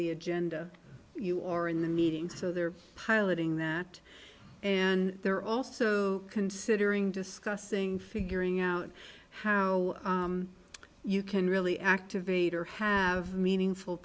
the agenda you are in the meeting so they're piloting that and they're also considering discussing figuring out how you can really activate or have meaningful